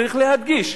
צריך להדגיש,